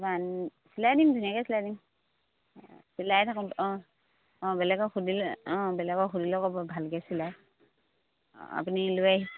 চিলাই দিম ধুনীয়াকৈ চিলাই দিম চিলায়ে থাকোঁ অঁ অঁ বেলেগক সুধিলে অঁ বেলেগক সুধিলে ক'ব ভালকৈ চিলায় অঁ আপুনি লৈ আহি